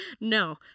no